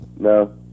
No